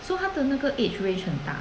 so 他的那个 age range 很大